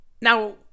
Now